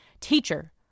Teacher